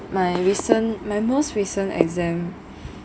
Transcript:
my recent my most recent exam